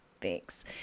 Thanks